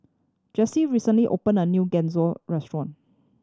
Jessie recently opened a new Gyoza Restaurant